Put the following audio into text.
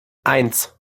eins